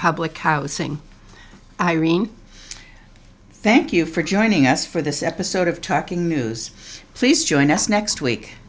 public housing irene thank you for joining us for this episode of trucking news please join us next week